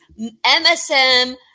MSM